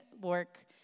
work